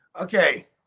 Okay